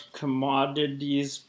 commodities